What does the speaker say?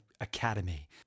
academy